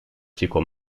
chico